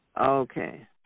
Okay